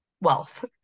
wealth